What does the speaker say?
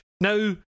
now